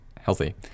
healthy